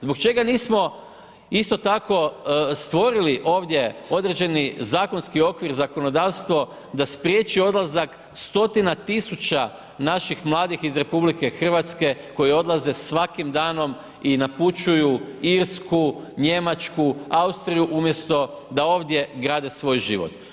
Zbog čega nismo isto tako stvorili ovdje određeni zakonski okvir, zakonodavstvo da spriječi odlazak stotina tisuća naših mladih iz RH koji odlaze svakim danom i napučuju Irsku, Njemačku, Austriju umjesto da ovdje grade svoj život.